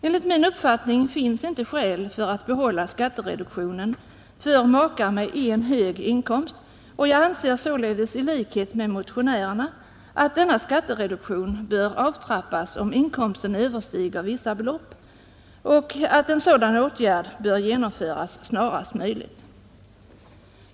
Enligt min uppfattning finns inte skäl för att behålla skattereduktionen för makar med en hög inkomst, och jag anser således i likhet med motionärerna att denna skattereduktion bör avtrappas, om inkomsten överstiger vissa belopp, och att en sådan åtgärd bör genomföras snarast möjligt.